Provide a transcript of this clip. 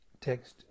Text